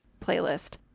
playlist